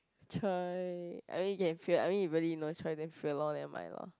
!choy! I mean you can fail I mean if really no choice then fail lor never mind lor